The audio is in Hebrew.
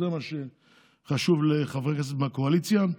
זה מה שחשוב לחברי הכנסת מהקואליציה.